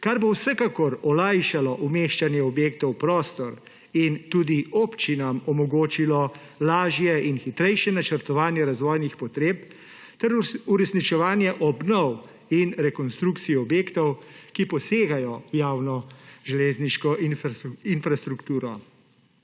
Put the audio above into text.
kar bo vsekakor olajšalo umeščanje objektov v prostor in tudi občinam omogočilo lažje in hitrejše načrtovanje razvojnih potreb ter uresničevanje obnov in rekonstrukcijo objektov, ki posegajo v javno železniško infrastrukturo.